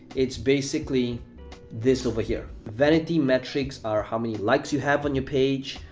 it's basically this over here. vanity metrics are how many likes you have on your page,